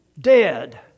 Dead